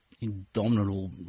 indomitable